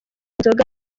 inzoga